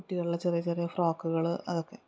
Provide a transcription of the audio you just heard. കുട്ടികളുടെ ചെറിയ ചെറിയ ഫ്രോക്കുകൾ അതൊക്കെ